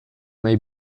may